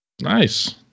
Nice